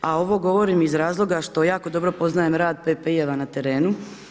A ovo govorim iz razloga, što jako dobro poznajem rad PP na terenu.